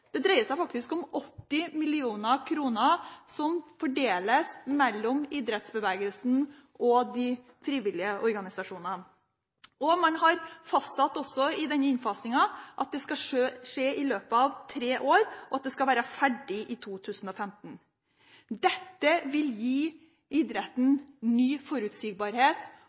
det dreier seg faktisk om 80 mill. kr, som fordeles mellom idrettsbevegelsen og de frivillige organisasjonene. Man har også fastsatt at innfasingen skal skje i løpet av tre år og være ferdig i 2015. Dette vil gi idretten ny forutsigbarhet